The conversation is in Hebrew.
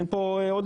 אין פה עודפים.